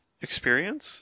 experience